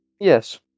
Yes